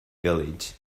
village